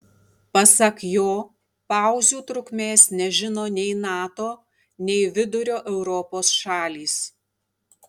pasak jo pauzių trukmės nežino nei nato nei vidurio europos šalys